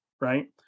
right